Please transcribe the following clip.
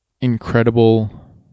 incredible